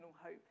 hope